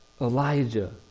Elijah